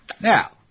Now